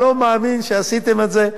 אני לא מאמין שעשיתם את זה.